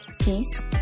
peace